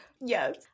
Yes